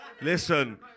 listen